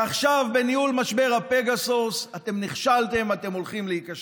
ועכשיו בניהול משבר פגסוס אתם נכשלתם ואתם הולכים להיכשל.